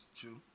true